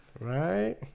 Right